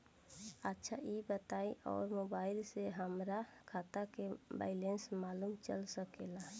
अच्छा ई बताईं और मोबाइल से हमार खाता के बइलेंस मालूम चल सकेला?